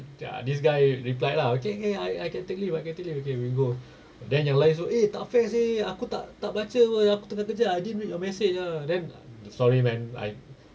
ya this guy replied lah okay okay I I can take you I can take you okay we go then yang lain semua eh tak fair seh aku tak tak baca pun aku tengah kerja ah I didn't read your message ah then sorry man I